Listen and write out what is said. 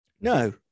no